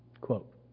Quote